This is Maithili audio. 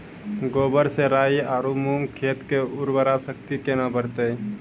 गोबर से राई आरु मूंग खेत के उर्वरा शक्ति केना बढते?